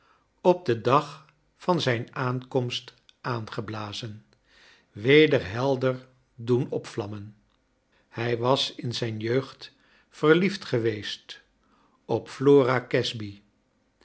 op den dag van zijn aankomst aangeblazen weder helder doen opvlammen hij was in zijn jeugd verliefd geweest op flora casby